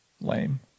Lame